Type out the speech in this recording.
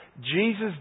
Jesus